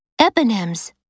Eponyms